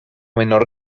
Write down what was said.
menor